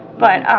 but,